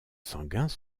sanguins